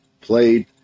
played